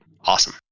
Awesome